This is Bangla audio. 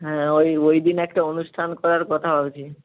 হ্যাঁ ওই ওই দিন একটা অনুষ্ঠান করার কথা ভাবছি